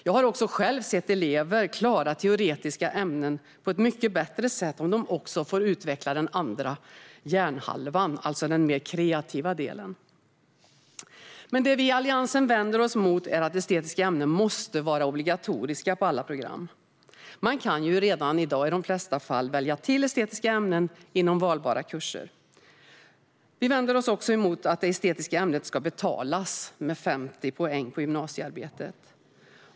Jag har också sett elever klara teoretiska ämnen på ett mycket bättre sätt om de också får utveckla den andra hjärnhalvan, alltså den mer kreativa delen. Det vi i Alliansen vänder oss emot är att estetiska ämnen måste vara obligatoriska på alla program. Man kan redan i dag i de flesta fall välja till estetiska ämnen inom valbara kurser. Vi vänder oss också emot att det estetiska ämnet ska betalas med 50 poäng på gymnasiearbetet.